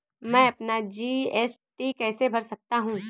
मैं अपना जी.एस.टी कैसे भर सकता हूँ?